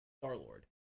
Star-Lord